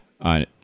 on